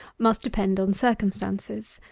must depend on circumstances.